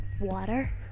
water